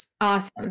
Awesome